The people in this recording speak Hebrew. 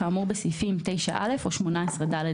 כאמור בסעיפים 9(א) או 18(ד),